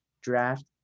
draft